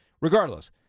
Regardless